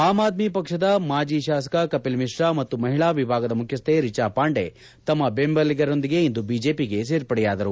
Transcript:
am Aadmi ಪಕ್ಷದ ಮಾಜಿ ಶಾಸಕ ಕಪಿಲ್ ಮಿಶ್ರಾ ಮತ್ತು ಮಹಿಳಾ ವಿಭಾಗದ ಮುಖ್ಯಸ್ಥೆ ರಿಚಾ ಪಾಂಡೆ ತಮ್ಮ ಬೆಂಬಲಿಗರೊಂದಿಗೆ ಇಂದು ಬಿಜೆಪಿಗೆ ಸೇರ್ಪಡೆಯಾದರು